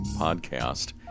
podcast